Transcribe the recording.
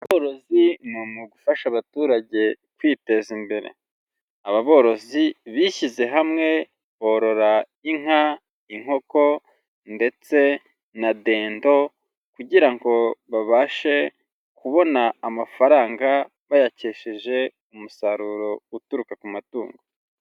Ubworozi ni umwuga ufasha abaturage kwiteza imbere. Aba borozi bishyize hamwe borora inka inkoko ndetse na dendo kugira ngo babashe kubona amafaranga, bayakesheje umusaruro uturuka ku matungo.